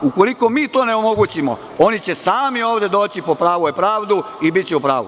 Ukoliko mi to ne omogućimo, oni će sami ovde doći po pravu i pravdu i biće u pravu.